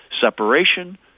separation